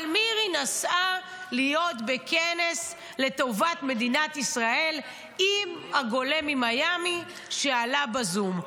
אבל מירי נסעה להיות בכנס לטובת מדינת ישראל עם הגולה ממיאמי שעלה בזום.